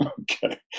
Okay